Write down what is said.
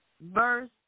Verse